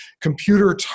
computer